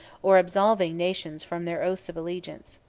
or absolving nations from their oaths of allegiance.